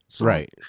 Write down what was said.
Right